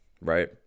right